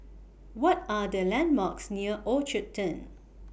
What Are The landmarks near Orchard Turn